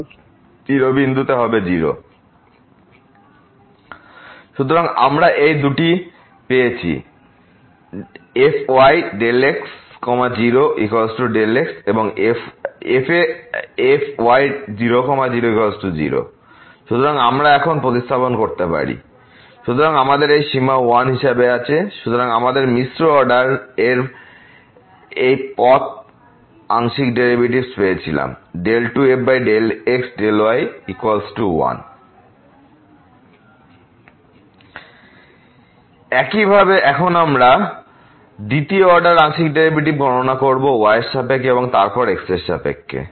fy00f0y f00y 0 সুতরাং আমরা এই দুটি পেয়েছি সুতরাং fyΔx 0 Δx এবং এখানে fy0 00 সুতরাং আমরা এখন প্রতিস্থাপন করতে পারি fyx0 fy00x Δx 0Δx 1 সুতরাং আমাদের এই সীমা 1 হিসাবে আছে সুতরাং আমরা মিশ্র অর্ডার এর এই পথ আংশিক ডেরিভেটিভ পেয়েছিলাম 2f∂x∂y1 একইভাবে এখন আমরা দ্বিতীয় অর্ডার আংশিক ডেরিভেটিভ গণনা করব y এর সাপেক্ষে এবং তারপর x এর সাপেক্ষে